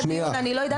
אני לא מבינה את זה.